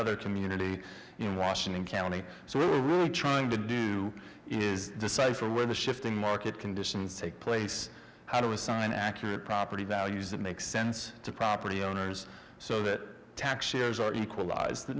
other community in washington county so we're trying to do is decipher where the shifting market conditions take place how do we assign accurate property values that make sense to property owners so that tax shares are equalized th